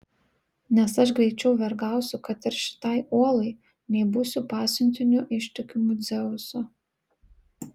nes aš greičiau vergausiu kad ir šitai uolai nei būsiu pasiuntiniu ištikimu dzeuso